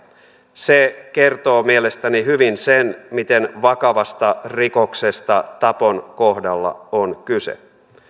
se kertoo mielestäni hyvin sen miten vakavasta rikoksesta tapon kohdalla on kyse